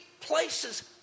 places